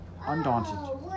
undaunted